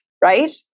right